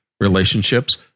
relationships